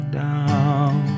down